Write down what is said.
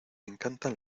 encantan